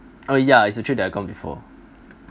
oh yeah it's a trip that I gone before